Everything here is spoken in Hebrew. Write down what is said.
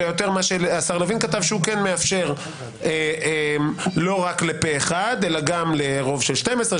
שהוא כן מאפשר לא רק לפה אחד אלא גם לרוב של 12,